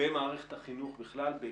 יש